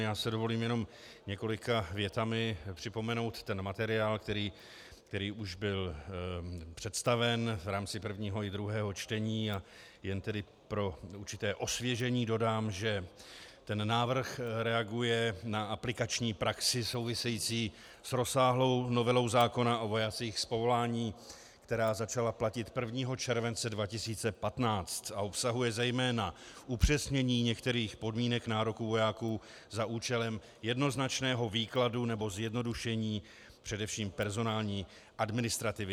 Já si dovolím jenom několika větami připomenout ten materiál, který už byl představen v rámci prvního i druhého čtení, a jen tedy pro určité osvěžení dodám, že návrh reaguje na aplikační praxi související s rozsáhlou novelou zákona o vojácích z povolání, která začala platit 1. července 2015, a obsahuje zejména upřesnění některých podmínek nároků vojáků za účelem jednoznačného výkladu nebo zjednodušení především personální administrativy.